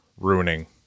ruining